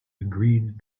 agreed